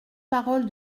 parole